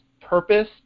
purpose